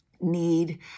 need